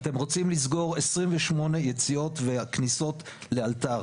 אתם רוצים לסגור 28 יציאות וכניסות לאלתר